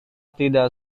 tidak